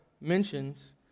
mentions